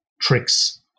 tricks